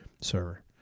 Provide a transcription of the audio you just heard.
Server